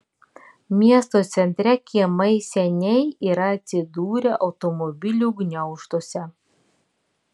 miesto centre kiemai seniai yra atsidūrę automobilių gniaužtuose